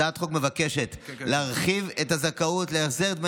הצעת החוק מבקשת להרחיב את הזכאות להחזר דמי